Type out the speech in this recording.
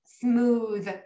smooth